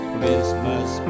Christmas